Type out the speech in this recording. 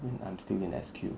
when I'm still in S_Q